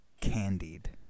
candied